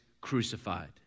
crucified